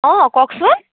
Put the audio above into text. অঁ কওকচোন